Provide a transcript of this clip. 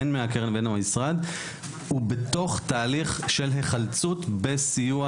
הן מהקרן והן מהמשרד הוא בתוך תהליך של היחלצות בסיוע,